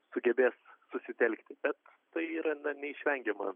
sugebės susitelkti bet tai yra na neišvengiama